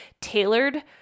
tailored